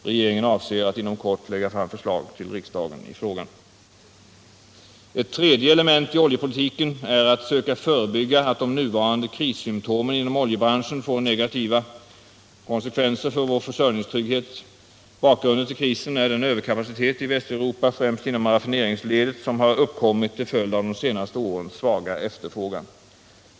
Regeringen avser att inom kort lägga fram förslag till riksdagen i frågan. Ett tredje element i oljepolitiken är att söka förebygga att de nuvarande krissymptomen inom oljebranschen får negativa konsekvenser för vår försörjningstrygghet. Bakgrunden till krisen är den överkapacitet i Västeuropa, främst inom raffineringsledet, som har uppkommit till följd av de senaste årens svaga efterfrågan.